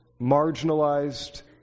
marginalized